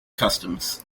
customs